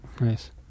Nice